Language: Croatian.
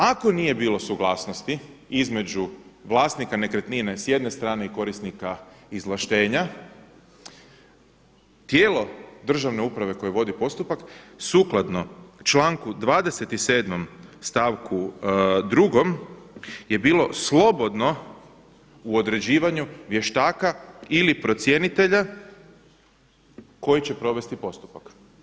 Ako nije bilo suglasnosti između vlasnika nekretnine s jedne strane i korisnika izvlaštenja tijelo državne uprave koje vodi postupak sukladno članku 27. stavku 2. je bilo slobodno u određivanju vještaka ili procjenitelja koji će provesti postupak.